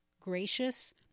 gracious